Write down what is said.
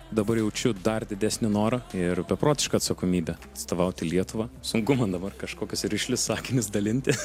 dabar jaučiu dar didesnį norą ir beprotišką atsakomybę atstovauti lietuvą sunku man dabar kažkokius rišlius sakinius dalinti